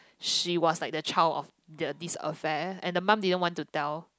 she was like the child of the this affair and the mum didn't want to tell